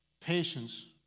patience